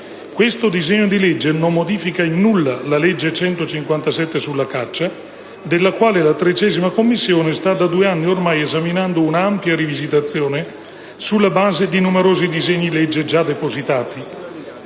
Questo disegno di legge non modifica in nulla la legge n. 157 sulla caccia, della quale la 13a Commissione sta da due anni ormai esaminando una ampia rivisitazione sulla base di numerosi disegni di legge già depositati,